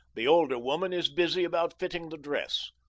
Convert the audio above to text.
the older woman is busy about fitting the dress.